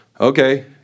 okay